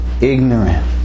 ignorant